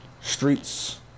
streets